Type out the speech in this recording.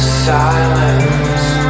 silence